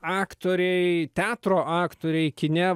aktoriai teatro aktoriai kine